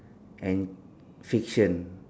and fiction